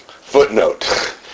footnote